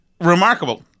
remarkable